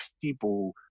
people